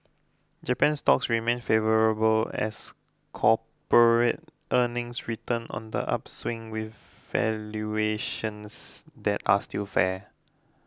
Japanese stocks remain favourable as corporate earnings return on the upswing with valuations that are still fair